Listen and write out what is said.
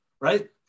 right